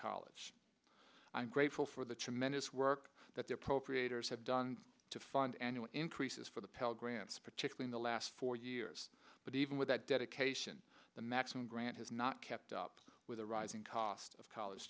college i'm grateful for the tremendous work that they appropriators have done to fund annual increases for the pell grants particularly the last four years but even with that dedication the maximum grant has not kept up with the rising cost of college